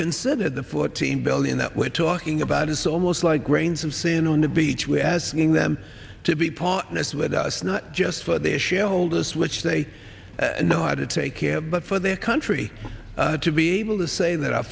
consider the fourteen billion that we're talking about is almost like grains of sand on the beach we asking them to be partners with us not just for their shareholders which they know how to take care of but for their country to be able to say that our